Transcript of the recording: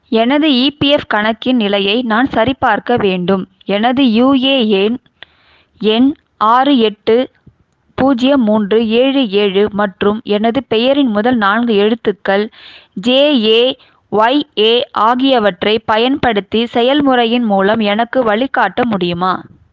எனது இபிஎஃப் கணக்கின் நிலையை நான் சரிபார்க்க வேண்டும் எனது யுஏஎன் எண் ஆறு எட்டு பூஜ்ஜியம் மூன்று ஏழு ஏழு மற்றும் எனது பெயரின் முதல் நான்கு எழுத்துகள் ஜேஏ ஒய்ஏ ஆகியவற்றைப் பயன்படுத்தி செயல்முறையின் மூலம் எனக்கு வழிகாட்ட முடியுமா